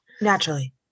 Naturally